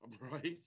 Right